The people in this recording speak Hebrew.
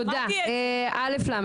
א.ל.